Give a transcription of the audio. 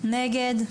מי נגד?